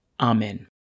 Amen